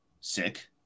Sick